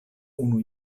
unu